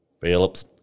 Phillips